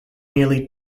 nearly